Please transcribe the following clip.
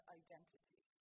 identity